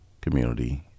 community